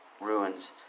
Ruins